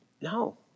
No